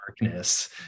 darkness